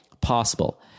possible